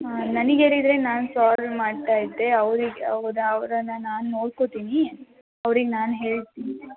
ಹಾಂ ನನಗ್ ಹೇಳಿದ್ರೆ ನಾನು ಸಾಲ್ವ್ ಮಾಡ್ತಾ ಇದ್ದೆ ಅವರಿಗೆ ಹೌದಾ ಅವರನ್ನ ನಾನು ನೋಡ್ಕೋತೀನಿ ಅವ್ರಿಗೆ ನಾನು ಹೇಳ್ತೀನಿ